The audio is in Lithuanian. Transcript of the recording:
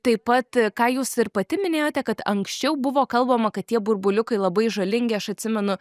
taip pat ką jūs ir pati minėjote kad anksčiau buvo kalbama kad tie burbuliukai labai žalingi aš atsimenu